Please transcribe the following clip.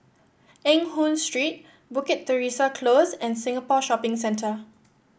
Eng Hoon Street Bukit Teresa Close and Singapore Shopping Centre